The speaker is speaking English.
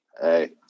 hey